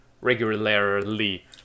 Regularly